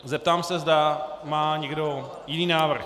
Zeptám se, zda má někdo jiný návrh.